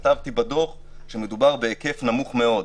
כתבתי בדוח שמדובר בהיקף נמוך מאוד.